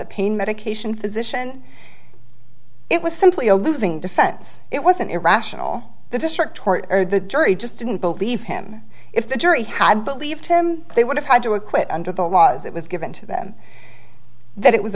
a pain medication physician it was simply a losing defense it was an irrational the district court or the jury just didn't believe him if the jury had believed him they would have had to acquit under the laws it was given to them that it was